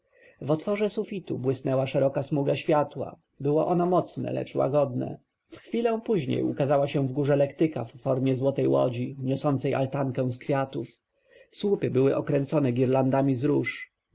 w otworze sufitu błysnęła szeroka smuga światła było ono mocne lecz łagodne w chwilę później ukazała się w górze lektyka w formie złotej łodzi niosącej altankę z kwiatów słupy były okręcone girlandami z róż